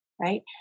right